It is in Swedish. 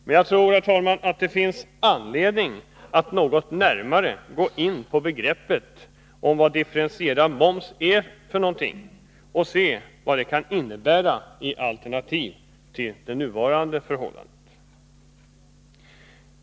Men jag tror, herr talman, att det finns anledning att litet närmare gå in på begreppet differentierad moms och se vad det kan innebära i fråga om alternativ till det nuvarande förhållandet.